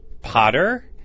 potter